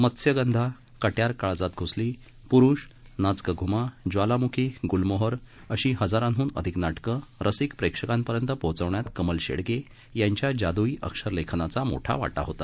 मत्स्यगंधा कट्यार काळजात घ्सली प्रुष नाच गं घ्मा ज्वालाम्खी ग्लमोहर अशी हजारांहन अधिक नाटके रसिक प्रेक्षकांपर्यंत पोहोचवण्यात कमल शेडगे यांच्या जादुई अक्षरलेखनाचा मोठा वाटा होता